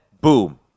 boom